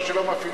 השעון מופעל,